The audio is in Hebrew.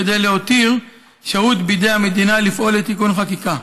כדי להותיר שהות בידי המדינה לפעול לתיקון חקיקה.